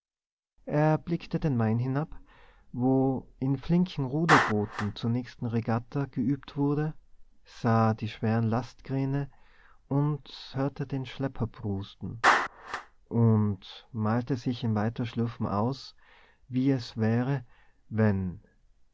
er blickte in den main hinab wo in flinken ruderbooten zur nächsten regatta geübt wurde sah die schweren lastkähne und hörte den schlepper prusten und malte sich im weiterschlürfen aus wie es wäre wenn